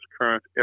current